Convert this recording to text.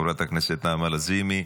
חברת הכנסת נעמה לזימי,